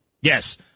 Yes